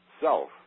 self